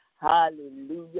Hallelujah